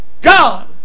God